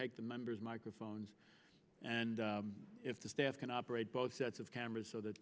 take the members microphones and if the staff can operate both sets of cameras so that